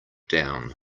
down